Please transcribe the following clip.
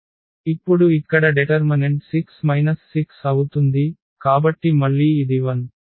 ఇప్పుడు ఇక్కడ డెటర్మనెంట్ 6 6 అవుతుంది కాబట్టి మళ్ళీ ఇది 0